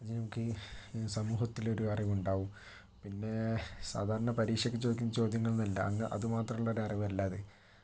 പിന്നെ നമുക്ക് ഈ സമൂഹത്തിൽ ഒരു അറിവുണ്ടാകും പിന്നെ സാധാരണ പരീക്ഷയ്ക്ക് ചോദിക്കുന്ന ചോദ്യങ്ങളൊന്നുമല്ല അങ്ങ് അതുമാത്രമുള്ള ഒരറിവല്ലയിത്